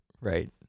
Right